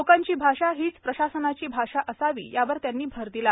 लोकांची भाषा हीच प्रशासनाची भाषा असावी यावर नायडु यांनी भर दिला